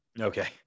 okay